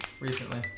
recently